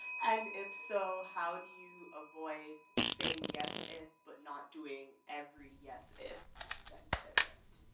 and if so, how do you avoid saying yes if but not doing every yes if that you said yes to?